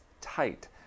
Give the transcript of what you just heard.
tight